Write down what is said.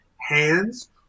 hands